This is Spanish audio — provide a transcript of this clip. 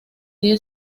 día